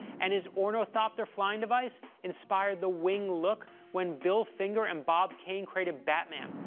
and his ornithopter flying device inspired the wing look when bill finger and bob kane created batman.